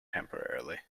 temporarily